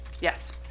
Yes